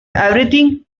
everything